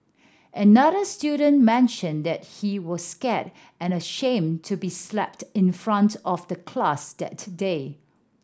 another student mentioned that he was scared and ashamed to be slapped in front of the class that day